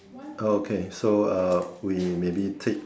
okay so uh we maybe take